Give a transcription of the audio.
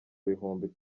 bihumbi